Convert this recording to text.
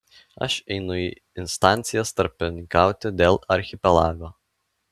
aš einu į instancijas tarpininkauti dėl archipelago